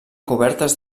cobertes